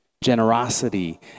Generosity